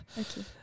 Okay